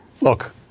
Look